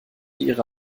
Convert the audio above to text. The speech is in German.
ihre